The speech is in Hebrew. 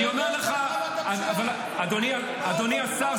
אדוני השר,